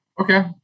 Okay